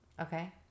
Okay